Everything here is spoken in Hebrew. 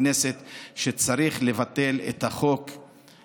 כמעט תמימות דעים היום בכנסת שצריך לבטל את חוק קמיניץ,